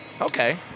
Okay